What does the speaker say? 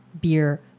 beer